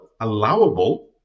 allowable